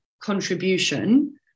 contribution